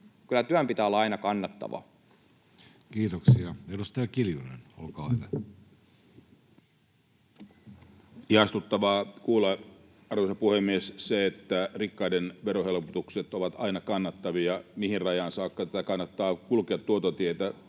Kyllä työn pitää olla aina kannattavaa. Kiitoksia. — Edustaja Kiljunen, olkaa hyvä. Ihastuttavaa kuulla, arvoisa puhemies, se, että rikkaiden verohelpotukset ovat aina kannattavia. Mihin rajaan saakka kannattaa kulkea tuota tietä?